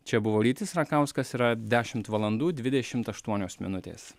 čia buvo rytis rakauskas yra dešimt valandų dvidešimt aštuonios minutės